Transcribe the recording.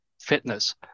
fitness